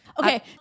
Okay